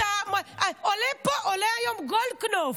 עולה היום גולדקנופ,